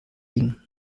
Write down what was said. liegen